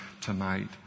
tonight